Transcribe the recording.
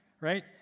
right